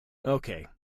okay